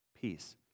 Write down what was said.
peace